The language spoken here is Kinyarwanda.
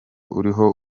uriho